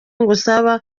ngusaba